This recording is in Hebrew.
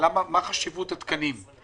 מה חשיבות התקנים.